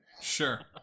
Sure